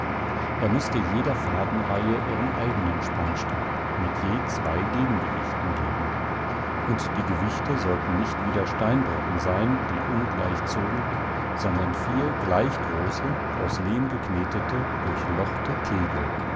er mußte jeder fadenreihe ihren eigenen spannstab mit je zwei gewichten geben und die gewichte sollten nicht wieder steinbrocken sein die ungleich zogen sondern vier gleich große aus lehm geknetete durchlochte kegel